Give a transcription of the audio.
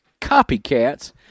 copycats